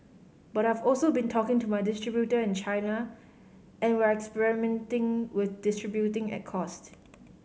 but I've also been talking to my distributor in China and we're experimenting with distributing at cost